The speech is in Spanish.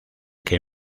que